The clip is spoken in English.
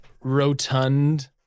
rotund